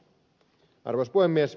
arvoisa puhemies